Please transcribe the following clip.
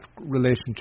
relationship